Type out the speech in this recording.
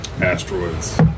asteroids